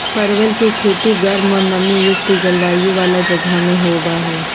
परवल के खेती गर्म और नमी युक्त जलवायु वाला जगह में होबा हई